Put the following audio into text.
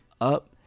up